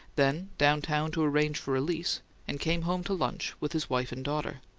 then down-town to arrange for a lease and came home to lunch with his wife and daughter.